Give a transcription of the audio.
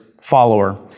follower